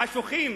חשוכים,